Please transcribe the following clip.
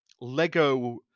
Lego